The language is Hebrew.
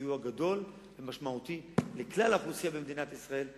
סיוע גדול ומשמעותי לכלל האוכלוסייה במדינת ישראל,